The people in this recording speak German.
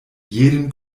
jeden